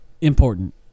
important